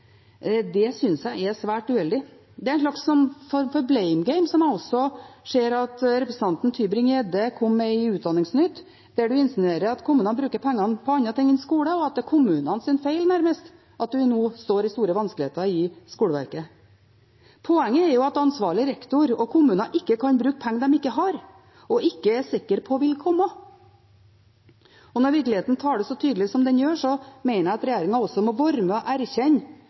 Det synes jeg er svært uheldig. Det er en slags form for «blame game», som jeg også ser at representanten Tybring-Gjedde kom med i Utdanningsnytt, der en insinuerer at kommunene bruker pengene på andre ting enn skole, og at det nærmest er kommunenes feil at en nå står i store vanskeligheter i skoleverket. Poenget er at ansvarlige rektorer og kommuner ikke kan bruke penger de ikke har – og ikke er sikre på vil komme. Når virkeligheten taler så tydelig som den gjør, mener jeg at regjeringen også må være med og erkjenne